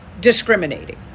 discriminating